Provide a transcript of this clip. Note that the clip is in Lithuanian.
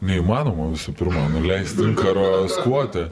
neįmanoma visų pirma nuleisti inkaro skvote